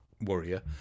warrior